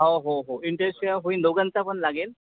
हो हो हो होईल दोघांचा पण लागेल